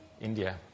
India